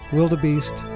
Wildebeest